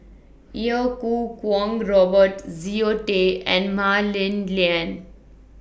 Iau Kuo Kwong Robert Zoe Tay and Mah Li Lian